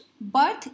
Birth